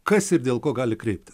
kas ir dėl ko gali kreiptis